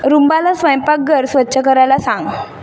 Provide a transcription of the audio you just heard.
रुंबाला स्वयंपाकघर स्वच्छ करायला सांग